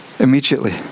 immediately